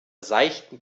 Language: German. seichten